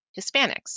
Hispanics